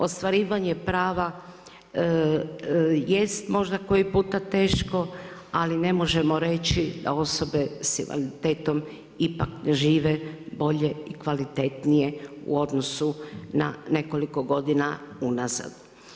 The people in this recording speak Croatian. Ostvarivanje prava jest možda koji puta teško ali ne možemo reći da osobe sa invaliditetom ipak žive bolje i kvalitetnije u odnosu na nekoliko godina unazad.